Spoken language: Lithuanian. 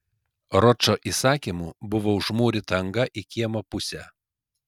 ročo įsakymu buvo užmūryta anga į kiemo pusę